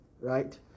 right